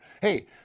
Hey –